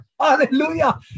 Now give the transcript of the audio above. Hallelujah